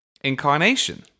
incarnation